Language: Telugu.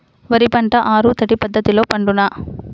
వరి పంట ఆరు తడి పద్ధతిలో పండునా?